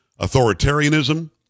authoritarianism